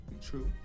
True